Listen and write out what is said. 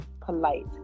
polite